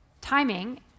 Timing